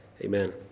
Amen